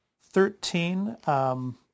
Thirteen